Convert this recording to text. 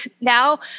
now